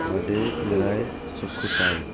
वॾे विराए सुखु पाए